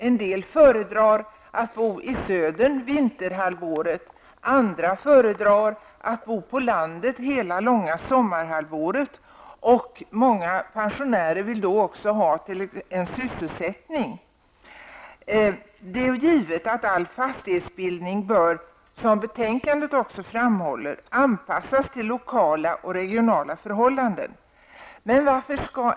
En del föredrar att bo i södern under vinterhalvåret, medan andra föredrar att bo på landet under hela sommarhalvåret. Många pensionärer vill också ha sysselsättning. Det är givet att all fastighetsbildning, vilket också framhålls i betänkandet, bör anpassas till lokala och regionala förhållanden.